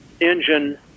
engine